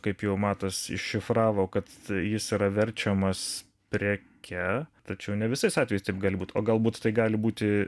kaip jau matosi iššifravo kad jis yra verčiamas preke tačiau ne visais atvejais taip gali būt o galbūt tai gali būti